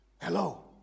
Hello